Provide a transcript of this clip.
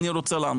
אני רוצה לענות.